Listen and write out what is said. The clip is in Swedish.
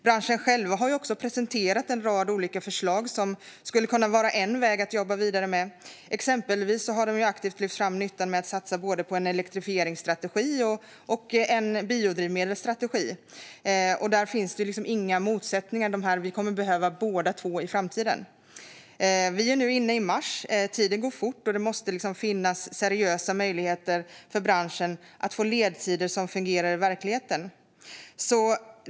Branschen själv har presenterat en rad olika förslag som man skulle kunna jobba vidare med. Exempelvis har de aktivt lyft fram nyttan med att satsa både på en elektrifieringsstrategi och på en biodrivmedelsstrategi. Där finns det liksom inga motsättningar. Vi kommer att behöva båda två i framtiden. Vi är nu inne i mars. Tiden går fort. Det måste finnas seriösa möjligheter för branschen att få ledtider som fungerar i verkligheten.